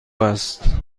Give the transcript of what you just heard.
است